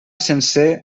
sencer